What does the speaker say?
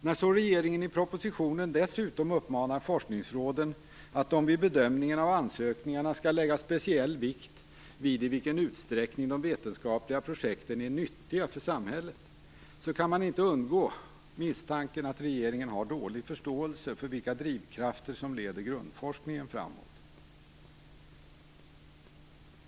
När så regeringen i propositionen dessutom uppmanar forskningsråden att de vid bedömningen av ansökningar skall lägga speciell vikt vid i vilken utsträckning de vetenskapliga projekten är nyttiga för samhället kan man inte undgå misstanken att regeringen har dålig förståelse för vilka drivkrafter som leder grundforskningen framåt.